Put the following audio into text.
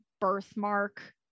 birthmark